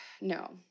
no